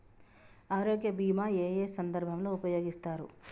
ఆరోగ్య బీమా ఏ ఏ సందర్భంలో ఉపయోగిస్తారు?